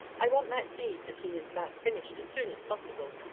i want that deed that he's about finished as soon as possible.